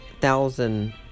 thousand